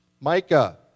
Micah